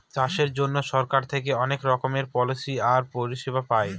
চাষের জন্য সরকার থেকে অনেক রকমের পলিসি আর পরিষেবা পায়